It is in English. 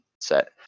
set